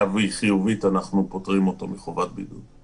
אם היא חיובית אנחנו פוטרים אותו מחובת בידוד.